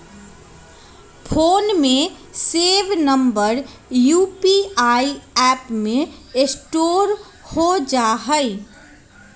phone में save number UPI app में store हो जा हई